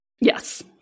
Yes